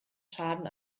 schaden